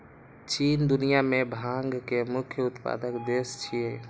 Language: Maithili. चीन दुनिया मे भांग के मुख्य उत्पादक देश छियै